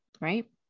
right